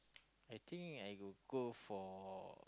I think I will go for